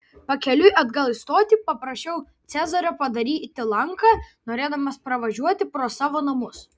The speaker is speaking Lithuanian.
pakeliui atgal į stotį paprašiau cezario padaryti lanką norėdamas pravažiuoti pro savo namus